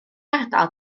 ardal